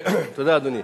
תודה, אדוני.